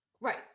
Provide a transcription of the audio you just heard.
right